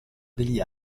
degli